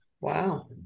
Wow